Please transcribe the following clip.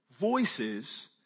voices